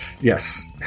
Yes